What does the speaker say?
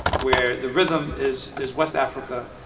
where the rhythm is is west africa.